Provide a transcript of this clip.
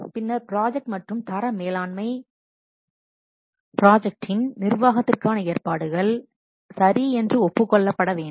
பின்னர் ப்ராஜெக்ட் மற்றும் தர மேலாண்மை ப்ராஜெக்டின் நிர்வாகத்திற்கான ஏற்பாடுகள் சரி என்று ஒப்புக் கொள்ளப்பட வேண்டும்